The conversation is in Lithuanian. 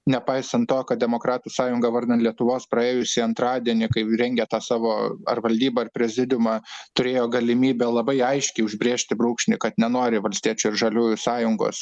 nepaisant to kad demokratų sąjunga vardan lietuvos praėjusį antradienį kaip rengė tą savo ar valdybą ar prezidiumą turėjo galimybę labai aiškiai užbrėžti brūkšnį kad nenori valstiečių ir žaliųjų sąjungos